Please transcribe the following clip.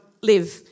live